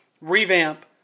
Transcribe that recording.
revamp